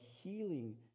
healing